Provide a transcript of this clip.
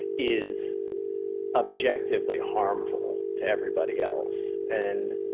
is objectively harmful to everybody else. and